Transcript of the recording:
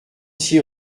six